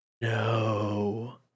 No